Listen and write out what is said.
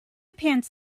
pants